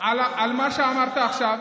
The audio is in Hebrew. על מה שאמרת עכשיו.